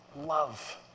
Love